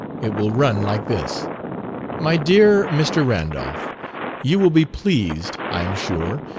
it will run like this my dear mr. randolph you will be pleased, i am sure,